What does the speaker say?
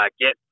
get